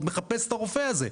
מחפש את הרופא הזה.